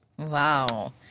Wow